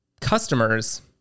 Customers